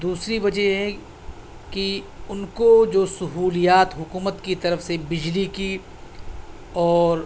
دوسری وجہ یہ ہے کہ ان کو جو سہولیات حکومت کی طرف سے بجلی کی اور